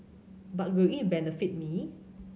but will it benefit me